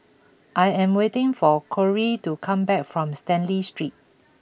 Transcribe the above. I am waiting for Corrie to come back from Stanley Street